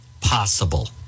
possible